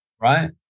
Right